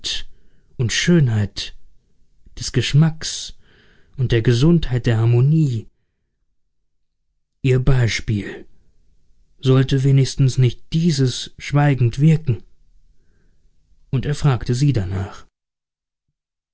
und schönheit des geschmacks und der gesundheit der harmonie ihr beispiel sollte wenigstens nicht dieses schweigend wirken und er fragte sie danach